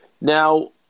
now